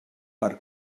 per